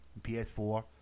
ps4